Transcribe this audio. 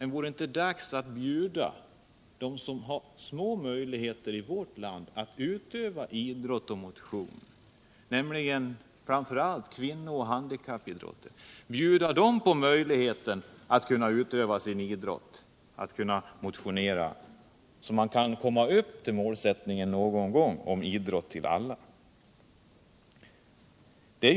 Men vore det inte dags att bjuda dem som har små möjligheter i vårt land att utöva idrott och motion, nämligen framför allt kvinnor och handikappade, på möjligheten att utöva sin idrott och att motionera, så att vi någon gång kan nå fram till målsättningen om idrott åt alla.